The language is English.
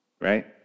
right